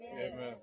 Amen